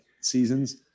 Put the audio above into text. seasons